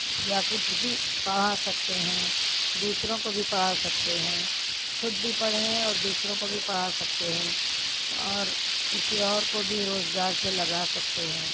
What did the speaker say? یا کچھ بھی پڑھا سکتے ہیں دوسروں کو بھی پڑھا سکتے ہیں خود بھی پڑھے ہیں اور دوسروں کو بھی پڑھا سکتے ہیں اور کسی اور کو بھی روزگار سے لگا سکتے ہیں